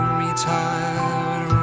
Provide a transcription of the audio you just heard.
retired